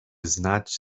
znać